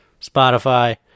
Spotify